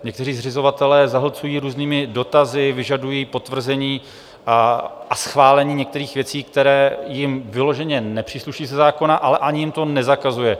Někteří zřizovatelé zahlcují různými dotazy, vyžadují potvrzení a schválení některých věcí, které jim vyloženě nepřísluší ze zákona, ale ani jim to nezakazuje.